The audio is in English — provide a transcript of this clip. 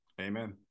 Amen